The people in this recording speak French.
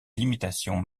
limitations